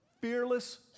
Fearless